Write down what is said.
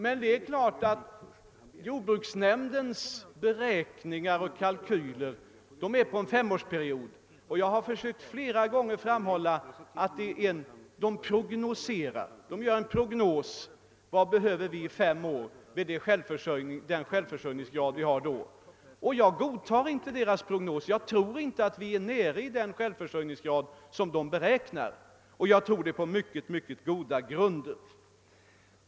Men det är klart att jordbruksnämndens beräkningar och kalkyler avser en femårsperiod; jag har flera gånger försökt framhålla att nämnden gör en prognos över vad man behöver om fem år med den försörjningsgrad vi då har. Jag godtar emellertid inte denna prognos; jag tror nämligen inte att vi är nere i den självförsörjningsgrad som jordbruksnämnden beräknar, och jag tror det på mycket goda grunder.